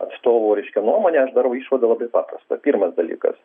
atstovų reiškia nuomonę aš darau išvadą labai paprastą pirmas dalykas